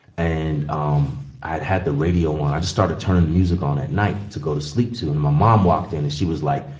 and um i had had the radio on. i just started turning music on at night to go to sleep to. and my mom walked in, and she was like,